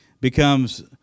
becomes